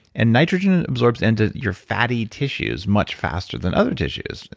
and nitrogen absorbs into your fatty tissues much faster than other tissues.